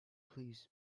please